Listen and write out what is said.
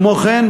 כמו כן,